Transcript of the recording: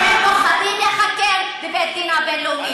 אתם פוחדים להיחקר בבית-הדין הבין-לאומי.